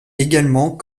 également